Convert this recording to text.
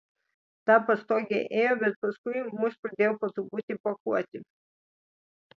ta pastogė ėjo bet paskui mus pradėjo po truputį pakuoti